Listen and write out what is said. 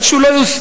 עד שהוא לא יוסדר,